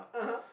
(uh huh)